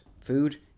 food